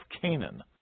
Canaan